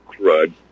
crud